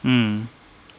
mm